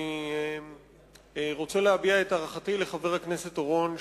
אני רוצה להביע את הערכתי לחבר הכנסת אורון,